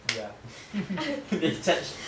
ya they charge